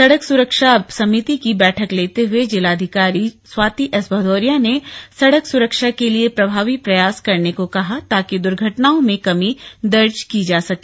सड़क सुरक्षा समिति की बैठक लेते हुए जिलाधिकारी स्वाति एस भदौरिया ने सड़क सुरक्षा के लिए प्रभावी प्रयास करने को कहा ताकि दुर्घटनाओं में कमी दर्ज की जा सके